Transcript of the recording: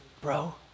bro